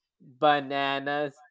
bananas